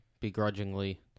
begrudgingly